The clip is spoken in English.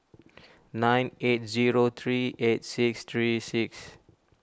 nine eight zero three eight six three six